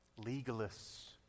legalists